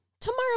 Tomorrow